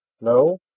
No